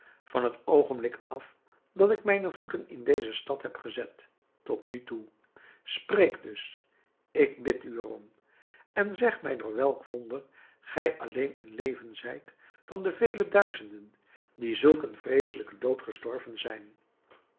van het oogenblik af dat ik mijne voeten in deze stad heb gezet tot nu toe spreek dus ik bid er u om en zeg mij door welk wonder gij alleen in leven zijt van de vele duizenden die zulk een vreeselijken dood gestorven zijn